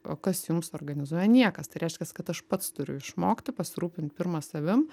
o kas jums organizuoja niekas tai reiškias kad aš pats turiu išmokti pasirūpint pirma savim